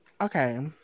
Okay